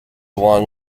along